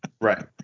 Right